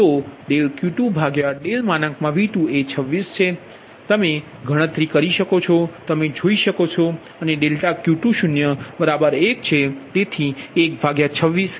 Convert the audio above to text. તો Q2V2એ 26 છે અમે ગણતરી કરી છે જે તમે જોઇ શકો છો અને ∆Q20 1 છે